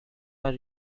are